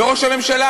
וראש הממשלה,